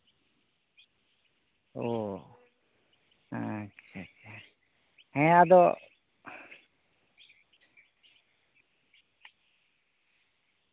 ᱚ ᱦᱮᱸ ᱟᱪᱪᱷᱟ ᱟᱪᱪᱷᱟ ᱦᱮᱸ ᱟᱫᱚ